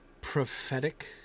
prophetic